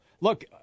Look